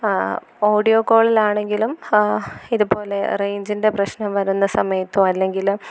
audio കോളിലാണെങ്കിലും ഇതുപോലെ റെയിഞ്ചിൻ്റെ പ്രശ്നം വരുന്ന സമയത്തോ അല്ലെങ്കിൽ